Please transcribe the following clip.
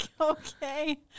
okay